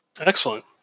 Excellent